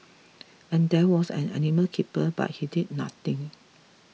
and there was an animal keeper but he did nothing